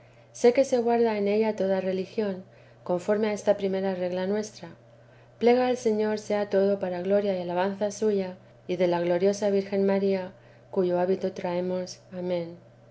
sé que se guarda en ella toda religión conforme a esta primera regla nuestra plega al señor sea todo para gloria y alabanza suya y de la gloriosa virgen maría cuyo hábito traemos amén